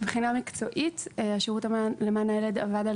מבחינה מקצועית השירות למען הילד עבד על